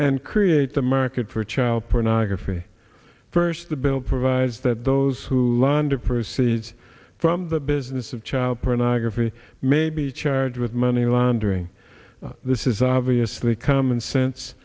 and create the market for child pornography first the bill provides that those who landed proceeds from the business of child pornography may be charged with money laundering this is obviously common sense